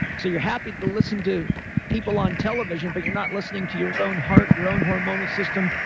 so you're happy to listen to people on television, but you're not listening to your own heart, your own hormonal system,